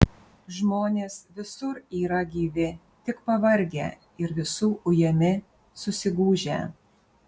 žmonės visur yra gyvi tik pavargę ir visų ujami susigūžę